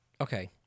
Okay